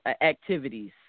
activities